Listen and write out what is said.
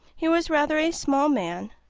he was rather a small man,